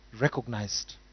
recognized